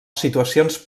situacions